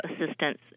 assistance